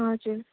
हजुर